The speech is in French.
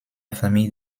famille